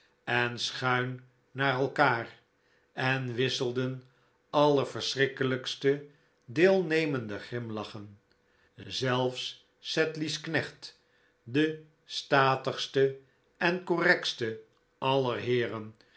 en schuin naar elkaar en wisselden allerverschrikkelijkste deelnemende grimlachen zelfs sedley's knecht de statigste en correctste aller heeren